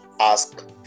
ask